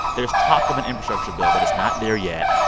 there's talk of an infrastructure bill, but it's not there yet.